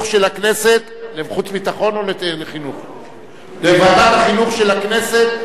אם לא הייתי יושב-ראש הכנסת,